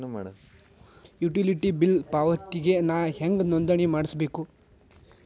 Utility bill ಪಾವತಿಗೆ ನಾ ಹೆಂಗ್ ನೋಂದಣಿ ಮಾಡ್ಸಬೇಕು?